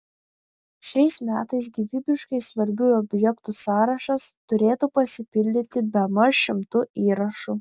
šiais metais gyvybiškai svarbių objektų sąrašas turėtų pasipildyti bemaž šimtu įrašų